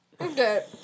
Okay